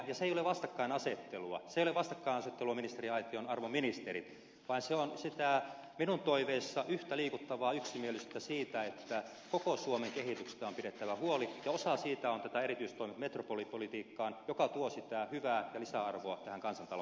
se ei ole vastakkainasettelua arvon ministeri vaan se on sitä minun toiveissani yhtä liikuttavaa yksimielisyyttä siitä että koko suomen kehityksestä on pidettävä huoli ja osa siitä ovat nämä erityistoimet metropolipolitiikkaan joka tuo sitä hyvää ja lisäarvoa tähän kansantalouteen